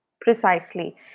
Precisely